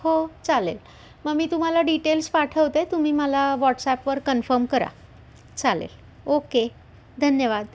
हो चालेल मग मी तुम्हाला डिटेल्स पाठवते तुम्ही मला व्हॉट्सॲपवर कन्फर्म करा चालेल ओके धन्यवाद